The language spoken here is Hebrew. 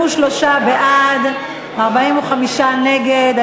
23 בעד, 45 נגד.